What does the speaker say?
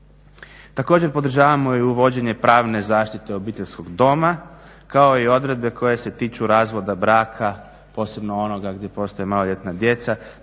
Također podržavamo i uvođenje pravne zaštite obiteljskog doma kao i odredbe koje se tiču razvoda braka posebno onoga gdje postoje maloljetna djeca,